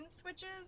switches